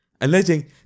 alleging